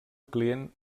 client